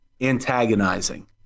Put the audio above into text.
antagonizing